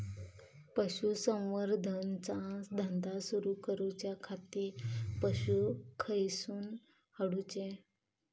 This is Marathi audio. पशुसंवर्धन चा धंदा सुरू करूच्या खाती पशू खईसून हाडूचे?